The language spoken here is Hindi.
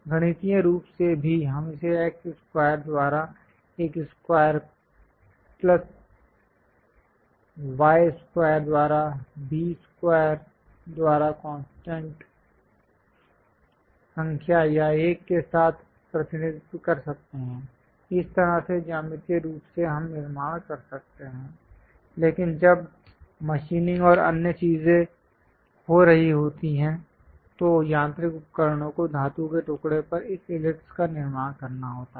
गणितीय रूप से भी हम इसे x स्क्वायर द्वारा एक स्क्वायर प्लस y स्क्वायर द्वारा b स्क्वायर द्वारा कांस्टेंट संख्या या 1 के साथ प्रतिनिधित्व कर सकते हैं इस तरह से ज्यामितीय रूप से हम निर्माण कर सकते हैं लेकिन जब मशीनिंग और अन्य चीजें हो रही होती हैं तो यांत्रिक उपकरणों को धातु के टुकड़े पर इस इलिप्स का निर्माण करना होता है